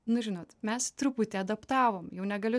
nu žinot mes truputį adaptavom jau negaliu